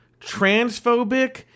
transphobic